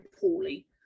poorly